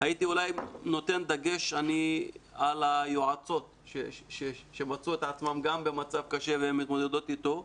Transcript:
הייתי אולי נותן דגש על היועצות שמצאו את עצמן במצב קשה ומתמודדות איתו.